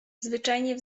zwyczajnie